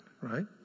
right